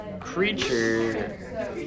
creature